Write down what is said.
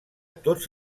tots